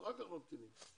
תודה.